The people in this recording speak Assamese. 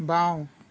বাওঁ